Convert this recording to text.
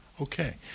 Okay